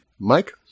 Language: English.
Mike